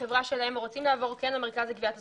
החברה שלהם רוצים לעבור למרכז לגביית קנסות.